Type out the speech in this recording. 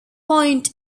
point